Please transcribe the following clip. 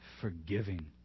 forgiving